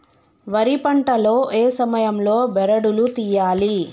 వరి పంట లో ఏ సమయం లో బెరడు లు తియ్యాలి?